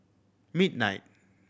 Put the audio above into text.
midnight